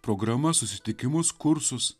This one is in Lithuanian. programas susitikimus kursus